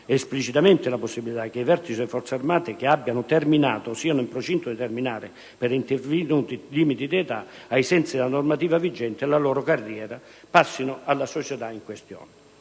esplicitamente la possibilità che i vertici delle Forze armate che abbiano terminato o siano in procinto di terminare per intervenuti limiti di età, ai sensi della normativa vigente, la loro carriera, passino alla società in questione.